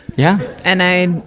yeah. and i,